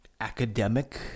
academic